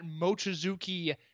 Mochizuki